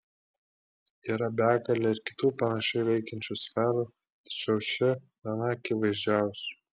yra begalė ir kitų panašiai veikiančių sferų tačiau ši viena akivaizdžiausių